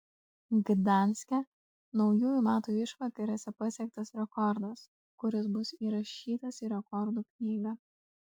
gdanske naujųjų metų išvakarėse pasiektas rekordas kuris bus įrašytas į rekordų knygą